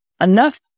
enough